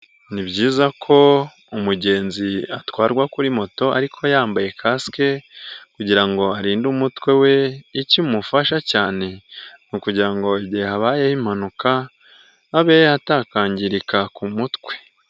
Ni byiza ko umugenzi atwarwa kuri moto ariko yambaye kasike kugirango arinde umutwe we, icyo imufasha cyane ni ukugira igihe habayeho impanuka abe atakwangirika ku mutwe.